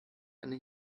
eine